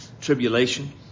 tribulation